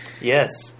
yes